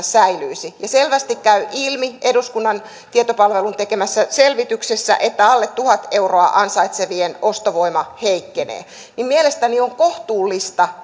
säilyisi niin selvästi käy ilmi eduskunnan tietopalvelun tekemässä selvityksessä että alle tuhat euroa ansaitsevien ostovoima heikkenee mielestäni on kohtuullista